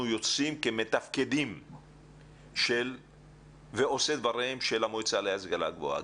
יוצאים כעושי דברה של המועצה להשכלה גבוהה.